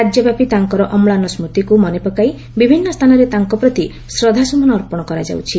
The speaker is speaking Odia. ରାଜ୍ୟବ୍ୟାପୀ ତାଙ୍କର ଅମ୍ଲାନ ସ୍ବତିକୁ ମନେପକାଇ ବିଭିନୁ ସ୍ଚାନରେ ତାଙ୍କ ପ୍ରତି ଶ୍ରଦ୍ଧାସୁମନ ଅର୍ପଶ କରାଯାଉଛି